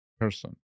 person